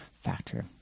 factor